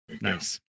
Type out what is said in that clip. Nice